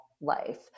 life